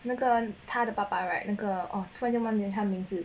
那个他的爸爸 right 那个突然间忘了名字